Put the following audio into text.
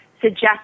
suggest